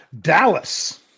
Dallas